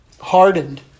Hardened